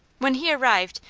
when he arrived,